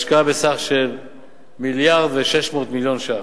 השקעה בסך של 1.6 מיליארד ש"ח.